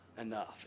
Enough